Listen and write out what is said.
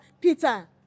Peter